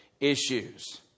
issues